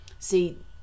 See